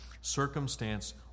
circumstance